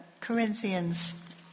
Corinthians